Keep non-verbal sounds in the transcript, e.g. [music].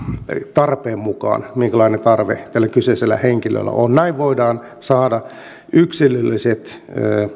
tarpeen mukaan minkälainen tarve tällä kyseisellä henkilöllä on näin voidaan saada [unintelligible] yksilölliset